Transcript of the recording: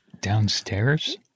downstairs